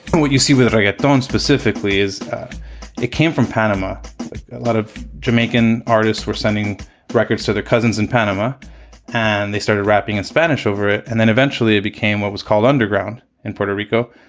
what you see with it, i get thrown specifically is it came from panama. a lot of jamaican artists were sending records to their cousins in panama and they started rapping in spanish over it. and then eventually it became what was called underground in puerto rico.